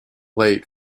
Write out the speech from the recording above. late